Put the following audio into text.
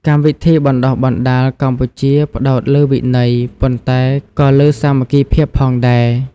កម្មវិធីបណ្តុះបណ្តាកម្ពុជាផ្តោតលើវិន័យ ប៉ុន្តែក៏លើសាមគ្គីភាពផងដែរ។